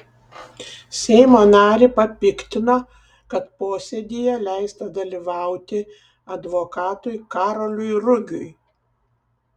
seimo narį papiktino kad posėdyje leista dalyvauti advokatui karoliui rugiui